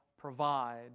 provide